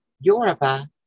Yoruba